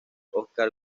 oscar